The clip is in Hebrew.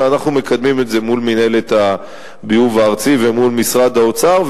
אנחנו מקדמים את זה מול מינהלת הביוב הארצית ומול משרד האוצר,